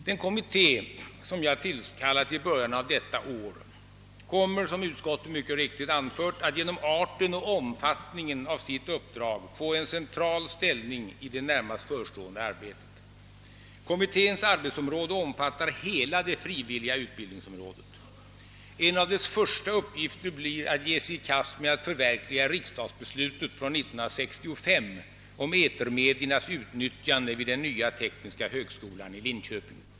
Den kommitté som jag tillkallat i början av detta år kommer, som utskottet mycket riktigt anfört, att genom arten och omfattningen av sitt uppdrag få en central ställning i det närmast förestående arbetet. Kommitténs arbete omfattar hela det frivilliga utbildningsområdet. En av kommitténs första uppgifter är att ge sig i kast med att förverkliga beslutet från 1965 om etermediernas utnyttjande vid den nya tekniska högskolan i Linköping.